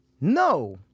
No